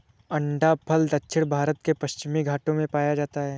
अंडाफल दक्षिण भारत के पश्चिमी घाटों में पाया जाता है